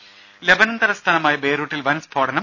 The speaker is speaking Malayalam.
രുര ലബനൻ തലസ്ഥാനമായ ബെയ്റൂട്ടിൽ വൻ സ്ഫോടനം